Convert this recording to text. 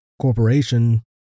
corporation